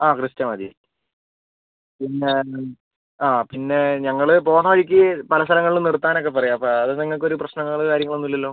ആ ക്രിസ്റ്റ മതി പിന്നെ ആ പിന്നെ ഞങ്ങൾ പോവുന്ന വഴിക്ക് പല സ്ഥലങ്ങളിലും നിർത്താനൊക്കെ പറയും അപ്പം അത് നിങ്ങൾക്കൊരു പ്രശ്നങ്ങൾ കാര്യങ്ങൾ ഒന്നും ഇല്ലല്ലോ